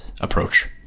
approach